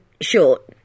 short